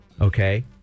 okay